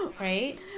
right